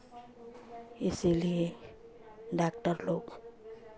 इसीलिए डॉक्टर लोग